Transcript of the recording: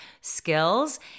skills